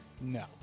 No